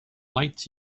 lights